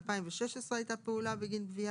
ב-2016 הייתה פעולה בגין גבייה.